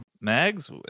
mags